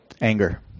anger